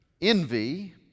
envy